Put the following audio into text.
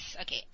Okay